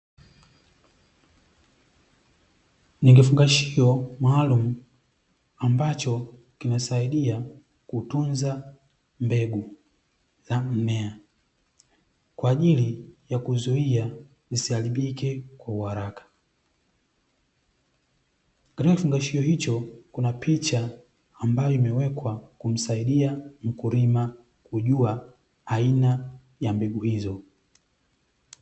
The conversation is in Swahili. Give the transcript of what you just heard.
Ni kifungashio maalumu ambacho kinasaidia kutunza mbegu za mmea kwa ajili ya kuzuia zisiharibike kwa uharaka, katika kifungashio hicho kuna picha ambayo imewekwa kumsaidia mkulima kujua aina ya mbegu hizo.